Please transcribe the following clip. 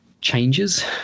changes